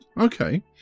okay